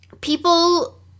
people